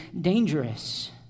dangerous